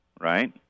Right